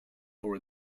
for